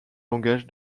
langage